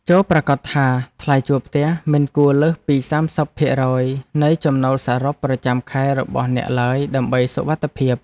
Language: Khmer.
ចូរប្រាកដថាថ្លៃជួលផ្ទះមិនគួរលើសពីសាមសិបភាគរយនៃចំណូលសរុបប្រចាំខែរបស់អ្នកឡើយដើម្បីសុវត្ថិភាព។